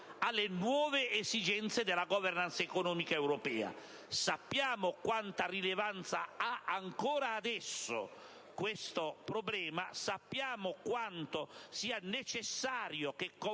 alle nuove esigenze della *governance* economica europea. Sappiamo quanta rilevanza ha ancora adesso questo problema; sappiamo quanto sia necessario che